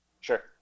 Sure